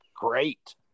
great